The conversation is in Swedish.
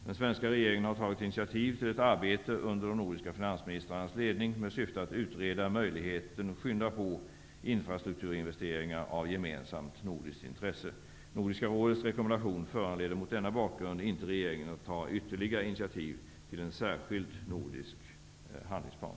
Den svenska regeringen har tagit initiativ till ett arbete under de nordiska finansministrarnas ledning med syfte att utreda möjligheten att skynda på infrastrukturinvesteringar av gemensamt nordiskt intresse. Nordiska rådets rekommendation föranleder mot denna bakgrund inte regeringen att ta ytterligare initiativ till en särskild nordisk handlingsplan.